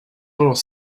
little